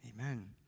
amen